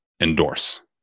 endorse